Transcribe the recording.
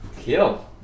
Kill